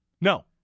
No